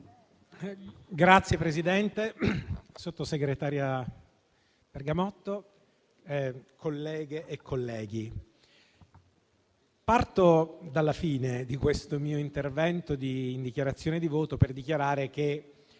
Signor Presidente, sottosegretaria Bergamotto, colleghe e colleghi, parto dalla fine di questo mio intervento in dichiarazione di voto per dichiarare che,